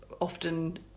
often